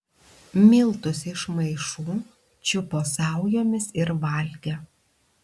miltus iš maišų čiupo saujomis ir valgė